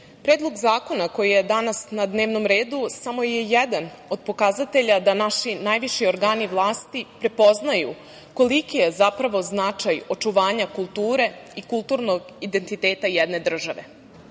Predlog zakona koji je danas na dnevnom redu samo je jedan od pokazatelja da naši najviši organi vlasti prepoznaju koliki je, zapravo, značaj očuvanja kulture i kulturnog identiteta jedne